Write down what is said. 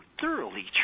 thoroughly